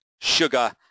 sugar